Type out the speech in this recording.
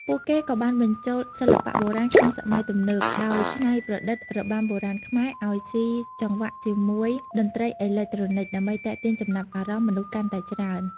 ពួកគេក៏បានបញ្ចូលសិល្បៈបុរាណក្នុងសម័យទំនើប ដោយច្នៃប្រឌិតរបាំបុរាណខ្មែរឱ្យស៊ីចង្វាក់ជាមួយតន្ត្រីអេឡិចត្រូនិក ដើម្បីទាក់ទាញចំណាប់អារម្មណ៍មនុស្សកាន់តែច្រើន។